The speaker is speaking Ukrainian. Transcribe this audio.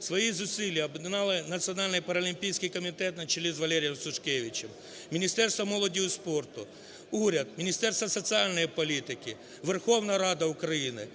Свої зусилля об'єднали Національний паралімпійський комітет на чолі з Валерієм Сушкевичем, Міністерство молоді і спорту, уряд, Міністерство соціальної політики, Верховна Рада України,